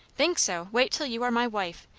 think so? wait till you are my wife,